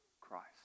Christ